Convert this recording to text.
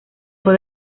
fue